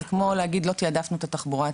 זה כמו להגיד לא תעדפנו את התחבורה הציבורית.